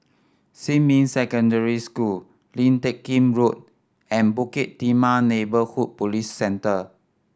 Xinmin Secondary School Lim Teck Kim Road and Bukit Timah Neighbourhood Police Centre